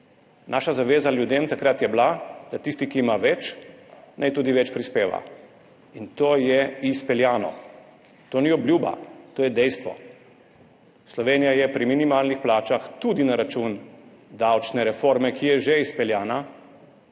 Naša zaveza ljudem takrat je bila, da tisti, ki ima več, naj tudi več prispeva, in to je izpeljano. To ni obljuba, to je dejstvo. Slovenija je pri minimalnih plačah tudi na račun davčne reforme, ki je že izpeljana,